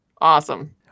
awesome